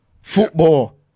Football